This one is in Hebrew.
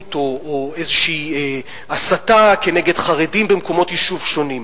או איזושהי הסתה כנגד חרדים במקומות יישוב שונים,